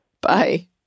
Bye